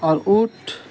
اور اونٹ